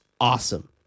awesome